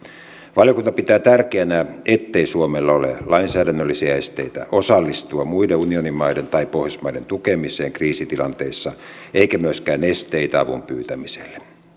valiokunta pitää tärkeänä ettei suomella ole lainsäädännöllisiä esteitä osallistua muiden unionimaiden tai pohjoismaiden tukemiseen kriisitilanteissa eikä myöskään esteitä avun pyytämiselle